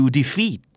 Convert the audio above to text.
defeat